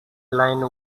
line